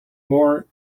more